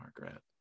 Margaret